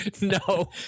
no